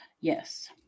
yes